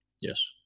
Yes